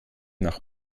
nach